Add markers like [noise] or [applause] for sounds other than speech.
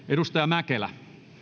[unintelligible] edustaja mäkelä arvoisa